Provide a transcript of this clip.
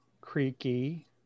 creaky